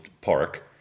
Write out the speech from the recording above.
Park